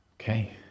Okay